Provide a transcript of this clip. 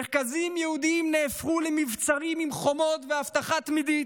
מרכזים יהודיים נהפכו למבצרים עם חומות ואבטחה תמידית.